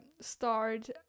start